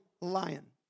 lion